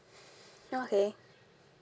okay